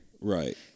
Right